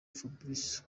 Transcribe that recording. fabrice